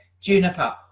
juniper